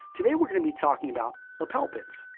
today, we're going to be talking about lapel pins.